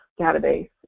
database